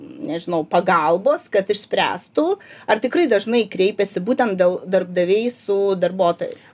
nežinau pagalbos kad išspręstų ar tikrai dažnai kreipiasi būtent dėl darbdaviai su darbuotojais